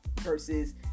versus